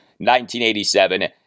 1987